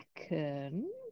second